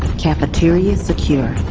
cafeteria secure.